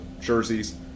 jerseys